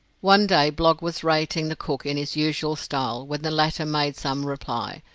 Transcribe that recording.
one day blogg was rating the cook in his usual style when the latter made some reply,